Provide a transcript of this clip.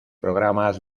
programas